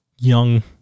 young